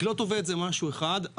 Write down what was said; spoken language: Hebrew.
לקלוט עובד זה משהו אחר.